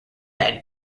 had